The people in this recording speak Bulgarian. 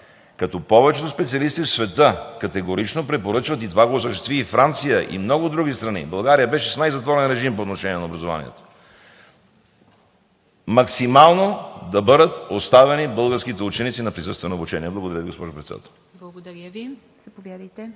Като повечето специалисти в света категорично препоръчват – това го осъществи и Франция, и много други страни, България беше с най-затворен режим по отношение на образованието – максимално да бъдат оставени българските ученици на присъствено обучение. Благодаря Ви, госпожо Председател. ПРЕДСЕДАТЕЛ ИВА